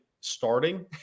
starting